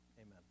Amen